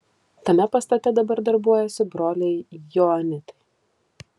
tame pastate dabar darbuojasi broliai joanitai